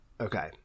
Okay